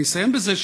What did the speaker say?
אני אסיים בזה,